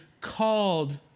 called